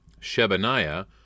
Shebaniah